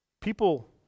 People